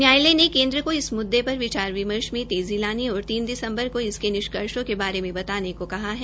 न्यायालय ने केन्द्र को इस मुद्दे पर विचार विमर्श में तेज़ी लाने और तीन दिसम्बर के इसके निष्कर्षो के बारे मे बताने को कहा है